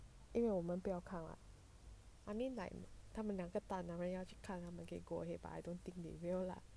因为我们不要看 [what] I mean like 他们两个大男人要去看他们可以 go ahead but I don't think they will lah